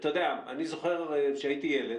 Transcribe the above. אני זוכר כשהייתי ילד,